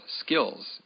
skills